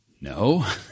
no